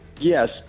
Yes